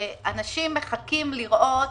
שאנשים מחכים לראות